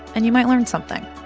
and you might learn something